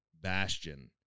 bastion